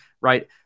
right